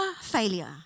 failure